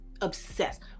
Obsessed